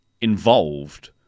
involved